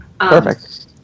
Perfect